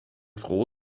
froh